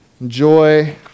Enjoy